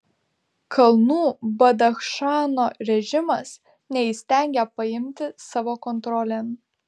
kalnų badachšano režimas neįstengia paimti savo kontrolėn